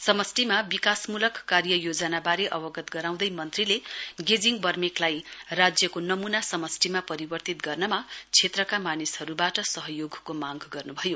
समष्टिका विकासमूलक कार्य योजनाबारे अवगत गराउँदै मन्त्रीले गेजिङ बर्मेकलाई राज्यको नमूना समष्टिमा परिवर्तित गर्नमा क्षेत्रका मानिसहरूबाट सहयोगको मांग गर्न् भयो